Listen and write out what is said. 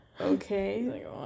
okay